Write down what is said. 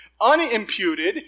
unimputed